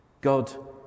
God